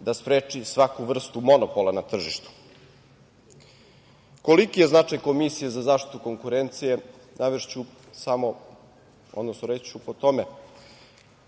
da spreči svaku vrstu monopola na tržištu. Koliki je značaj Komisije za zaštitu konkurencije navešću samo, odnosno reći ću po tome